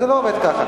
זה לא עובד ככה.